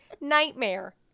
Nightmare